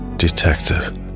Detective